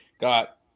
got